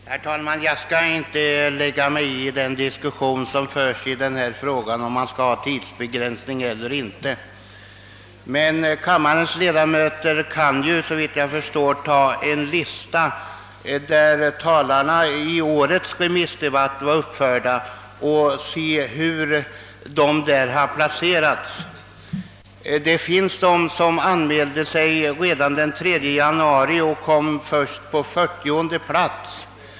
Herr talman! Jag skall inte lägga mig i den diskussion som förts i frågan, om man skall ha tidsbegränsning eller inte. Men kammarens ledamöter kan se hur talarna i årets remissdebatt har placerats på talarlistan. Det finns ledamöter som anmält sig redan den 3 januari och kommit först på fyrtionde plats.